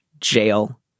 jail